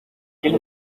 quien